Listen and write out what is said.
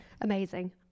Amazing